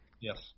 Yes